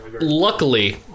luckily